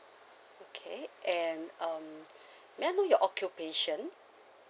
okay and um may I know your occupation